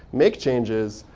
make changes,